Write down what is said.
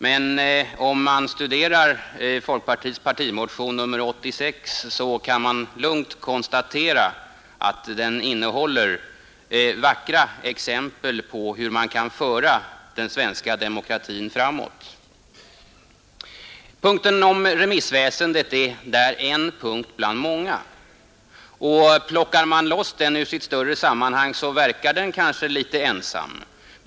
Men om man studerar folkpartiets partimotion nr 86 kan man lugnt konstatera att den innehåller vackra exempel på hur man kan föra den svenska demokratin framåt. Punkten om remissväsendet är där en punkt bland många. Plockar man loss den ur sitt större sammanhang, verkar den kanske litet ensam.